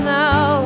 now